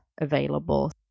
available